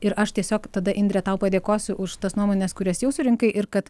ir aš tiesiog tada indre tau padėkosiu už tas nuomones kurias jau surinkai ir kad